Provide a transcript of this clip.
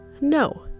No